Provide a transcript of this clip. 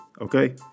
Okay